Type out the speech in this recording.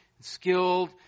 skilled